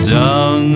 down